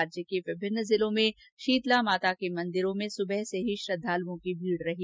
राज्य के विभिन्न जिलों में शीतला माता के मंदिरों में सुबह से ही श्रद्वालुओं की भीड रही